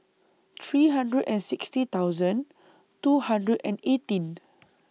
three hundred and sixty thousand two hundred and eighteen